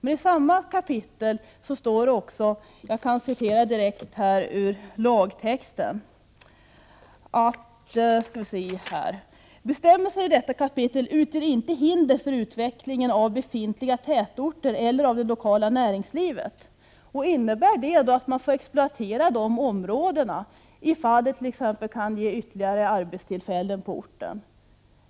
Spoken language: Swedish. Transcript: I samma kapitel står emellertid: ”Bestämmelserna i detta kapitel utgör inte hinder för utvecklingen av befintliga tätorter eller av det lokala näringslivet.” Innebär det att man får exploatera dessa områden om det t.ex. kan ge ytterligare arbetstillfällen på orten?